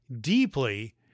deeply